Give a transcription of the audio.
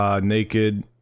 naked